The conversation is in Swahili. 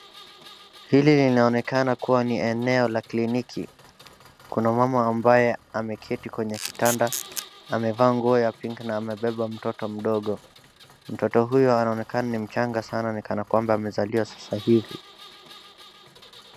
Hili linaonekana kuwa ni eneo la kliniki , kuna mama ambaye ameketi kwenye kitanda amevaa nguo ya pink na amebeba mtoto mdogo, mtoto huyu anaonekana ni mchanga sana ni kanakwamba amezaliwa sasa hivi.